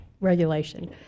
regulation